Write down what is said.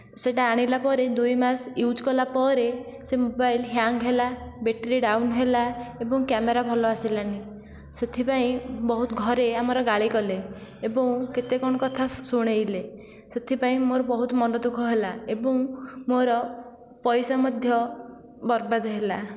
ସେଇଟା ଆଣିଲାପରେ ଦୁଇ ମାସ ୟୁଜ୍ କଲାପରେ ସେ ମୋବାଇଲ୍ ହ୍ୟାଙ୍ଗ ହେଲା ବ୍ୟାଟେରୀ ଡାଉନ ହେଲା ଏବଂ କ୍ୟାମେରା ଭଲ ଆସିଲାନି ସେଥିପାଇଁ ବହୁତ ଘରେ ଆମର ଗାଳି କଲେ ଏବଂ କେତେ କ'ଣ କଥା ଶୁଣେଇଲେ ସେଥିପାଇଁ ମୋର ବହୁତ ମନ ଦୁଃଖ ହେଲା ଏବଂ ମୋର ପଇସା ମଧ୍ୟ ବରବାଦ ହେଲା